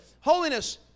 Holiness